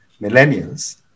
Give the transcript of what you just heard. millennials